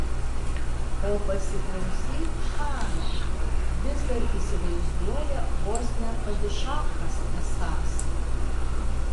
o pasiklausyk chano vis dar įsivaizduoja vos ne padišachas esąs